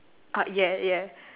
got yeah yeah